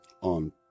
on